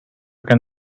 can